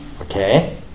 okay